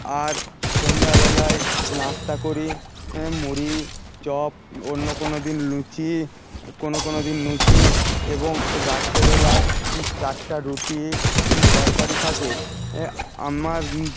আর সন্ধ্যাবেলায় নাস্তা করি মুড়ি চপ অন্য কোনোদিন লুচি কোনো কোনো দিন লুচি এবং রাত্রেবেলা চারটা রুটি তরকারি থাকে আমার